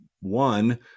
one